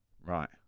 Right